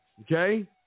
Okay